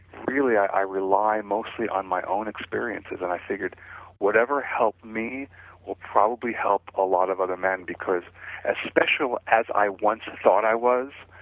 really i rely mostly on my own experiences and i figured whatever helped me will probably help a lot of other men because as special as i once thought i was,